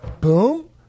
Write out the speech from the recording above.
boom